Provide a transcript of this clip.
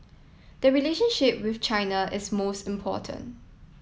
the relationship with China is most important